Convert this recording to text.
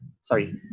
sorry